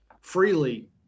freely